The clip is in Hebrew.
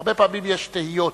הרבה פעמים יש תהיות